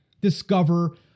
discover